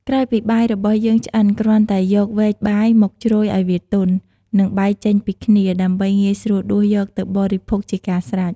ក្រោយពីបាយរបស់យើងឆ្អិន គ្រាន់តែយកវែកបាយមកជ្រោយឱ្យវាទន់ និងបែកចេញពីគ្នា ដើម្បីងាយស្រួលដួសយកទៅបរិភោគជាការស្រេច។